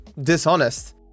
dishonest